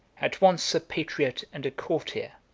at once a patriot and a courtier,